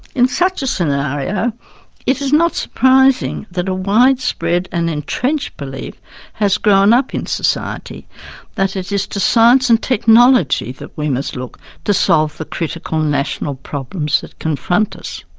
in such a scenario it is not surprising that a widespread and entrenched belief has grown up in society that it is to science and technology that we must look to solve the critical national problems that confront us.